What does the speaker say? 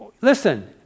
listen